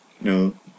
No